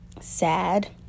sad